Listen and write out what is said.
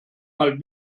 mal